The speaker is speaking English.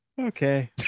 okay